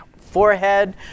forehead